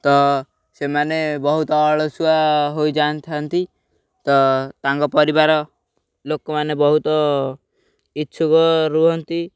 ତ ସେମାନେ ବହୁତ ଅଳସୁଆ ହୋଇଯାଇଥାନ୍ତି ତ ତାଙ୍କ ପରିବାର ଲୋକମାନେ ବହୁତ ଇଚ୍ଛୁକ ରୁହନ୍ତି